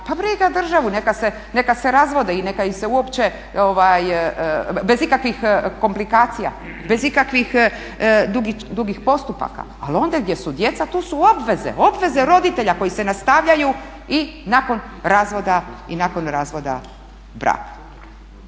Pa briga državu, neka se razvode i neka im se uopće bez ikakvih komplikacija, bez ikakvih dugih postupaka, ali ondje gdje su djeca tu su obveze, obveze roditelja koje se nastavljaju i nakon razvoda braka.